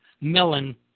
melon